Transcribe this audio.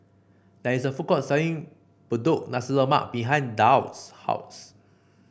there is a food court selling Punggol Nasi Lemak behind Daryl's house